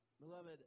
Beloved